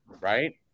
right